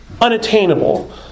unattainable